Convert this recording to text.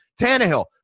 Tannehill